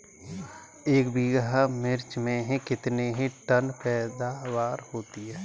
एक बीघा मिर्च में कितने टन पैदावार होती है?